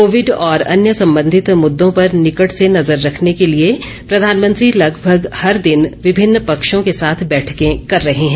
Covid और अन्य संबंधित मुद्दों पर निकट से नजर रखने के लिए प्रधानमंत्री लगभग हर दिन विभिन्न पक्षों के साथ बैठकें कर रहे हैं